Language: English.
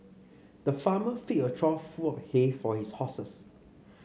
the farmer filled a trough full of hay for his horses